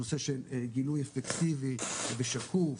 זה נושא של גילוי אפקטיבי ושקוף,